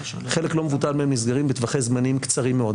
חלק לא מבוטל מהם נסגרים בטווחי זמנים קצרים מאוד.